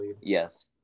Yes